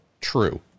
true